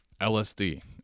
LSD